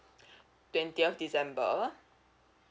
twentieth december